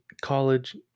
college